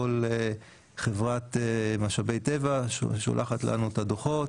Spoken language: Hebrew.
כל חברת משאבי טבע שולחת לנו את הדו"חות,